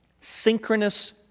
synchronous